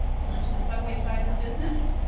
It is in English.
over to the subway side of the business,